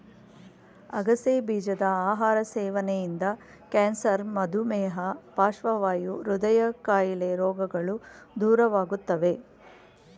ಅಗಸೆ ಬೀಜದ ಆಹಾರ ಸೇವನೆಯಿಂದ ಕ್ಯಾನ್ಸರ್, ಮಧುಮೇಹ, ಪಾರ್ಶ್ವವಾಯು, ಹೃದಯ ಕಾಯಿಲೆ ರೋಗಗಳು ದೂರವಾಗುತ್ತವೆ